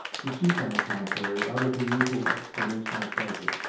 the chief, on the contrary, uttered the usual exclamation of pleasure,